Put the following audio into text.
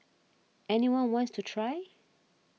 any one wants to try